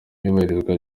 iyubahirizwa